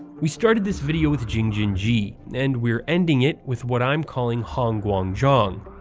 we started this video with jing-jin-ji, and we're ending it with what i'm calling hong-guang-zhong.